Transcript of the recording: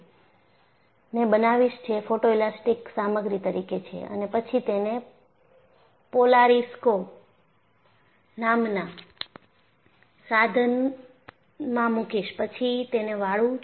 હવે હું શું કરવા જઈ રહ્યો છું હવે હું ઈપોક્સીમાંથી એક બીમને બનાવીશ જે ફોટોએલાસ્ટીક સામગ્રી તરીકે છે અને પછી તેને પોલારીસ્કોપ નામના સાધનમાં મૂકીશપછી તેને વાળું છું